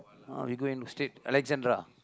ah we go and state Alexandra